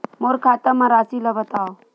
मोर खाता म राशि ल बताओ?